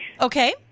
Okay